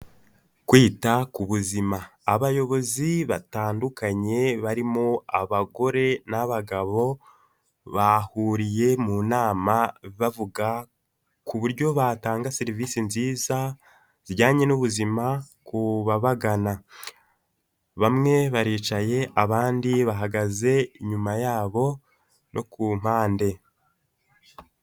Kwita ku buzima, abayobozi batandukanye barimo abagore n'abagabo bahuriye mu nama bavuga ku buryo batanga serivisi nziza zijyanye n'ubuzima ku babagana, bamwe baricaye, abandi bahagaze inyuma yabo no ku mpande.